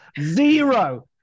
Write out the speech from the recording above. Zero